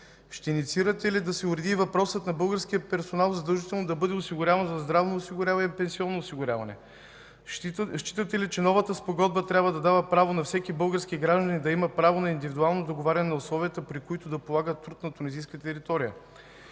Ще инициирате ли да се уреди въпросът българският персонал задължително да бъде осигуряван здравно и пенсионно. Считате ли, че новата спогодба трябва да дава право на всеки български гражданин да има право на индивидуално договаряне на условията, при които да полага труд на тунизийска територия